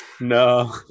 No